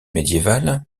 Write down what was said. médiévales